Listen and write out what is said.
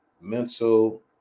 mental